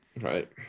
Right